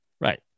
Right